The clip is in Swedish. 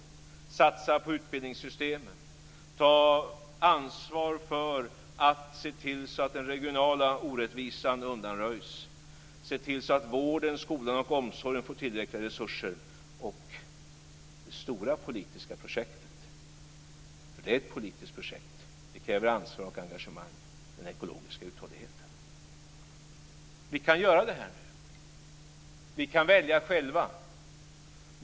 Vidare handlar det om att satsa på utbildningssystemen, ta ansvar för att se till att den regionala orättvisan undanröjs, se till att vården, skolan och omsorgen får tillräckliga resurser och om det stora politiska projektet, för det är ett politiskt projekt som kräver ansvar och engagemang, nämligen den ekologiska uthålligheten. Vi kan göra det här nu. Vi kan välja själva.